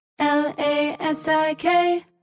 L-A-S-I-K